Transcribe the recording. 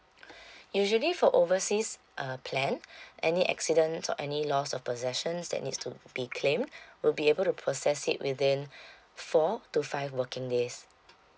usually for overseas uh plan any accidents or any loss of possessions that needs to be claim we'll be able to process it within four to five working days